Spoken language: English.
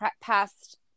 past –